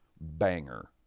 banger